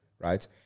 right